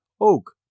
oak